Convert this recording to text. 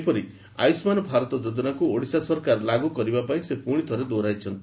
ସେହିପରି ଆୟୁଷ୍ମାନ ଭାରତ ଯୋଜନାକୁ ଓଡ଼ିଶା ସରକାର ଲାଗୁ କରିବାପାଇଁ ସେ ପୁଣି ଥରେ ଦୋହରାଇଛନ୍ତି